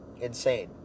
Insane